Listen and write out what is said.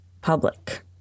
public